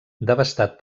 devastat